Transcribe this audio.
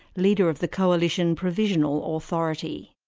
leader of the coalition provisional authority.